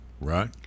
Right